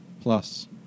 Plus